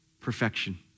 perfection